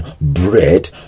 bread